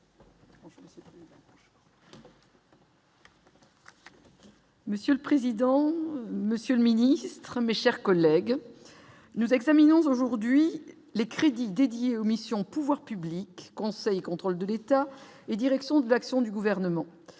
Monsieur le président, Monsieur le Ministre, mes chers collègues, nous examinons aujourd'hui les crédits dédiés aux mission pouvoirs publics conseillent, contrôle de l'État et direction de l'action du gouvernement